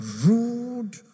rude